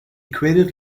created